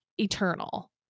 eternal